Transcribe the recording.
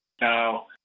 Now